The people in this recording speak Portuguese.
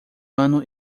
ano